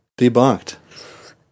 Debunked